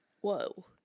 whoa